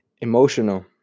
Emotional